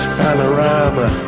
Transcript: panorama